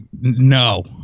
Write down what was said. No